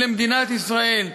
למדינת ישראל,